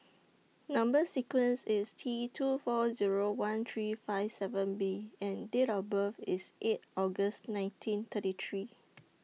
Number sequence IS T two four Zero one three five seven B and Date of birth IS eight August nineteen thirty three